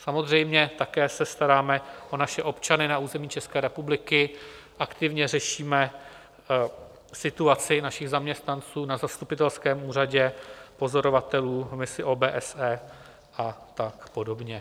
Samozřejmě také se staráme o naše občany na území Ukrajinské republiky, aktivně řešíme situaci našich zaměstnanců na zastupitelském úřadě, pozorovatelů v misi OBSE a tak podobně.